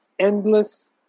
endless